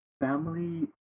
family